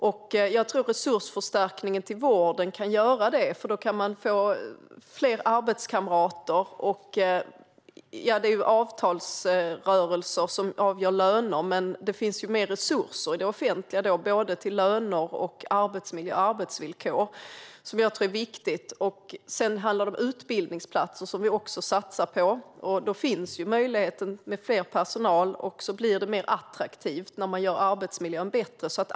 Jag tror att resursförstärkningen till vården kan leda till det, för då kan man få fler arbetskamrater. Det är visserligen i avtalsrörelser man avgör löner, men det finns då mer resurser i det offentliga till löner, arbetsmiljö och arbetsvillkor, vilket jag tror är viktigt. Sedan handlar det om utbildningsplatser, som vi också satsar på. Då finns möjlighet till mer personal. Det blir attraktivare när man gör arbetsmiljön bättre.